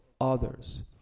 others